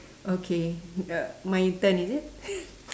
okay uh my turn is it